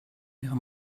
ihrer